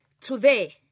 Today